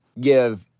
give